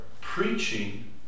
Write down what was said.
preaching